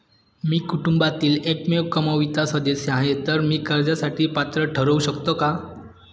मी कुटुंबातील एकमेव कमावती सदस्य आहे, तर मी कर्जासाठी पात्र ठरु शकतो का?